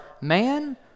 Man